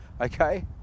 okay